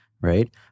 Right